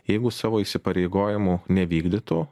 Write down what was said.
jeigu savo įsipareigojimų nevykdytų